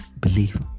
believe